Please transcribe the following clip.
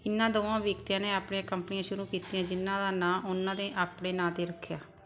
ਇਨ੍ਹਾਂ ਦੋਵਾਂ ਵਿਅਕਤੀਆਂ ਨੇ ਆਪਣੀਆਂ ਕੰਪਨੀਆਂ ਸ਼ੁਰੂ ਕੀਤੀਆਂ ਜਿਨ੍ਹਾਂ ਦਾ ਨਾਂ ਉਨ੍ਹਾਂ ਨੇ ਆਪਣੇ ਨਾਂ 'ਤੇ ਰੱਖਿਆ